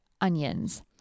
onions